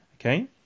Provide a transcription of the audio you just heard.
Okay